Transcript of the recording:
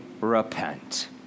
repent